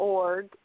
org